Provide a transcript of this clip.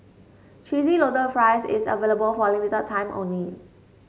Cheesy Loaded Fries is available for a limited time only